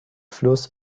fluss